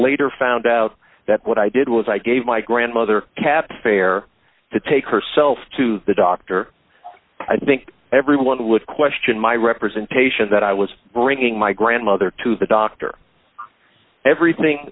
later found out that what i did was i gave my grandmother cab fare to take herself to the doctor i think everyone would question my representation that i was bringing my grandmother to the doctor everything